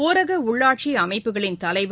ஊரக உள்ளாட்சி அமைப்புகளின் தலைவர்